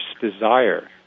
desire